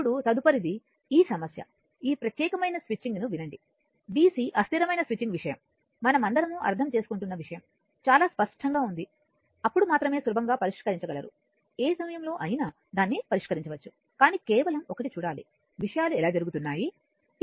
ఇప్పుడు తదుపరిది ఈ సమస్య ఈ ప్రత్యేకమైన స్విచ్చింగ్ను వినండి డిసి అస్థిరమైన స్విచ్చింగ్ విషయం మనమందరం అర్థం చేసుకుంటున్న విషయం చాలా స్పష్టంగా ఉంది అప్పుడు మాత్రమే సులభంగా పరిష్కరించగలరు ఏ సమయంలో అయినా దాన్ని పరిష్కరించవచ్చు కానీ కేవలం ఒకటి చూడాలి విషయాలు ఎలా జరుగుతున్నాయి